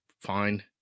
fine